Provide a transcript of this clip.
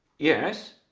yes.